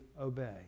obey